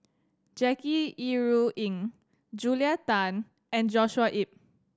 Jackie Yi Ru Ying Julia Tan and Joshua Ip